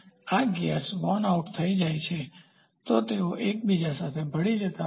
આ gears worn out થઈ જાય તો તેઓ એકબીજા સાથે ભળી જતા હોય છે